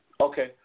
Okay